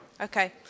Okay